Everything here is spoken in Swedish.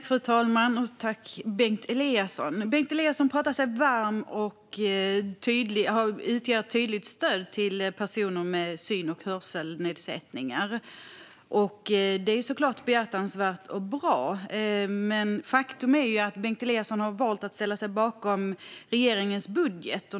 Fru talman! Bengt Eliasson talar sig varm för och ger tydligt stöd till personer med syn och hörselnedsättningar. Det är såklart behjärtansvärt och bra, men faktum är att Bengt Eliasson har valt att ställa sig bakom regeringens budget.